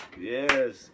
Yes